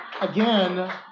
Again